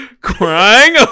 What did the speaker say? Crying